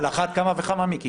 על אחת כמה וכמה, מיקי.